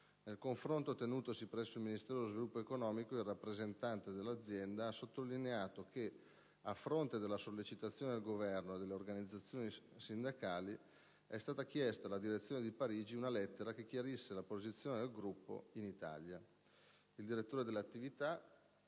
Nel confronto tenutosi presso il Ministero dello sviluppo economico, il rappresentante dell'azienda ha sottolineato che, a fronte della sollecitazione del Governo e delle organizzazioni sindacali, è stata chiesta alla direzione di Parigi una lettera che chiarisse le posizioni del Gruppo in Italia. Il direttore delle attività dell'Alcatel-Lucent